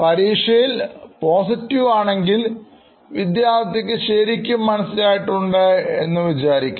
പരീക്ഷയിൽ പോസിറ്റീവ് ആണെങ്കിൽ വിദ്യാർത്ഥിക്ക്ക്ക്ശരിക്കും മനസ്സിലായിട്ടുണ്ട് എന്ന് വിചാരിക്കണം